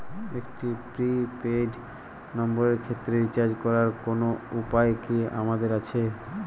একটি prepaid নম্বরের ক্ষেত্রে রিচার্জ করার কোনো উপায় কি আমাদের আছে?